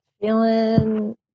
Feeling